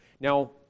Now